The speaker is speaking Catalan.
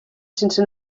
sense